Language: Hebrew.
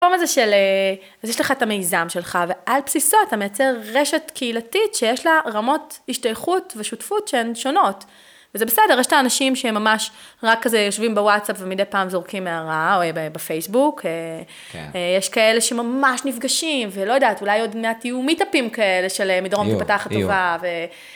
המקום הזה של... אז יש לך את המיזם שלך, ועל בסיסו אתה מייצר רשת קהילתית שיש לה רמות השתייכות ושותפות שהן שונות. וזה בסדר, יש את האנשים שהם ממש רק כזה יושבים בוואטסאפ, ומדי פעם זורקים הערה, או בפייסבוק. יש כאלה שממש נפגשים, ולא יודעת, אולי עוד מעט יהיו מיטאפים כאלה של מדרום תיפתח הטובה.